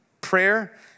Prayer